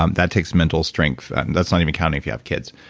um that takes mental strength. that's not even counting if you have kids.